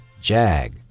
Jag